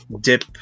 dip